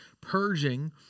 Purging